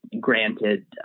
Granted